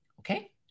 Okay